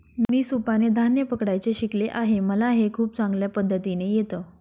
मी सुपाने धान्य पकडायचं शिकले आहे मला हे खूप चांगल्या पद्धतीने येत